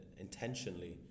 intentionally